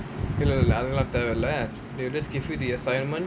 இல்ல இல்ல அதெல்லாம் தேவயில்ல:illa illa athellaam thevailla they will just give you the assignment